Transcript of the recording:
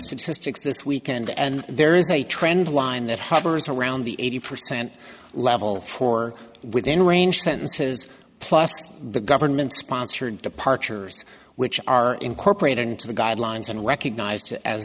statistics this weekend and there is a trend line that hovers around the eighty percent level for within range sentences plus the government sponsored departures which are incorporated into the guidelines and recognized as